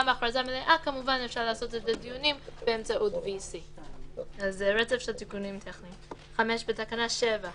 גם הכרזה מלאה ניתן לעשות את הדיונים באמצעות VC. (5) בתקנה 7,